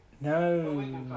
No